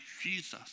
Jesus